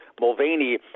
Mulvaney